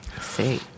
See